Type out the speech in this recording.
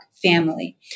Family